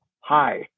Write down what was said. hi